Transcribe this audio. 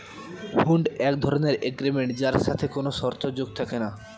হুন্ড এক ধরনের এগ্রিমেন্ট যার সাথে কোনো শর্ত যোগ থাকে না